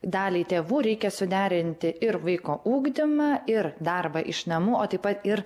daliai tėvų reikia suderinti ir vaiko ugdymą ir darbą iš namų o taip pat ir